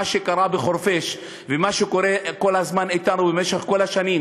מה שקרה בחורפיש ומה שקורה כל הזמן אתנו במשך כל השנים,